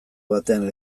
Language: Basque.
batean